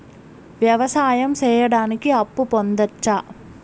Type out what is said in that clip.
వ్యవసాయం సేయడానికి అప్పు పొందొచ్చా?